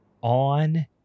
on